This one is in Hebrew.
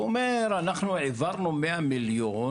הוא אומר, אנחנו העברנו מאה מיליון